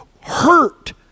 hurt